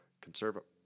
conservative